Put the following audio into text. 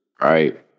Right